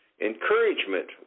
encouragement